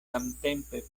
samtempe